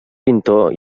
pintor